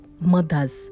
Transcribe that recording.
mothers